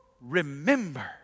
Remember